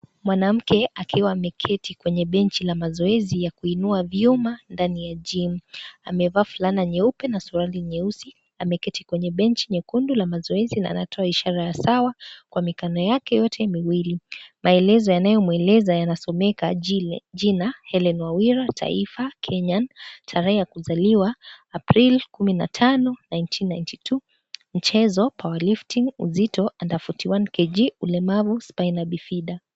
Mwanamke akiwa ameketi kwenye benchi la mazoezi ya kuinua vyuma ndani ya gymn . Amevaa fulana nyeupe na suruali nyeusi. Ameketi kwenye benchi nyekundu la mazoezi na anatoa ishara ya sawa kwa mikono yake yote miwili. Maelezo yanayomweleza yanasomeka: Jina: Hellen Wawira Taifa: Kenya Tarehe ya kuzaliwa: Aprili 15, 1992 Mchezo: Power lifting Uzito: Under 41 kg Ulemavu: Spina Bifida.